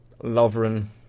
Lovren